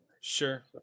Sure